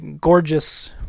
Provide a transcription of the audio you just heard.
gorgeous